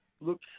look